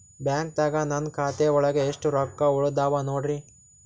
ಬ್ಯಾಂಕ್ದಾಗ ನನ್ ಖಾತೆ ಒಳಗೆ ಎಷ್ಟ್ ರೊಕ್ಕ ಉಳದಾವ ನೋಡ್ರಿ?